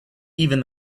even